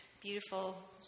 beautiful